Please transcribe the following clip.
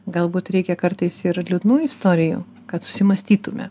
galbūt reikia kartais ir liūdnų istorijų kad susimąstytume